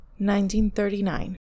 1939